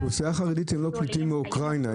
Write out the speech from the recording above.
האוכלוסייה החרדית הם לא פליטים מאוקראינה,